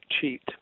Cheat